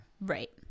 Right